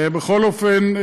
בכל אופן,